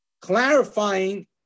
clarifying